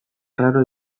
arraro